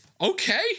okay